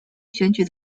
选举